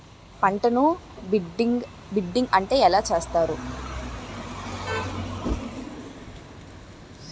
పంటను బిడ్డింగ్ ఎలా చేస్తారు?